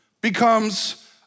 becomes